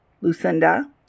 Lucinda